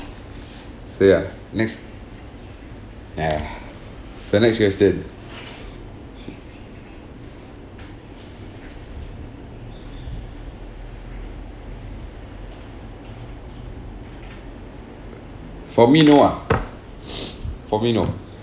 so ya next ya so next question for me no ah for me no